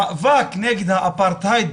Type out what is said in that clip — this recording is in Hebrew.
המאבק נגד האפרטהייד,